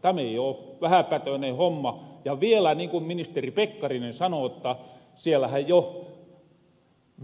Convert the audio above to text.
täm ei oo vähäpätöönen homma ja vielä niin kun ministeri pekkarinen sano jotta siellähän jo